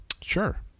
Sure